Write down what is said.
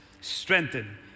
strengthen